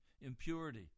impurity